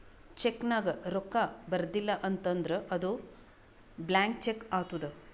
check ನಾಗ್ ರೊಕ್ಕಾ ಬರ್ದಿಲ ಅಂತ್ ಅಂದುರ್ ಅದು ಬ್ಲ್ಯಾಂಕ್ ಚೆಕ್ ಆತ್ತುದ್